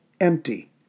empty